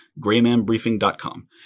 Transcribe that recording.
graymanbriefing.com